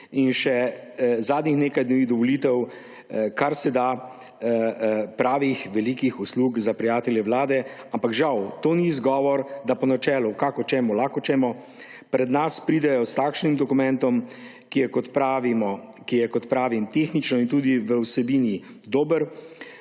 in še zadnjih nekaj dni do volitev kar se da pravih velikih uslug za prijatelje vlade, ampak žal to ni izgovor, da po načelu »Kako ćemo? Lako ćemo« pred nas pridejo s takšnim dokumentom, ki je, kot pravim, tehnično in tudi v vsebini dober,